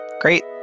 Great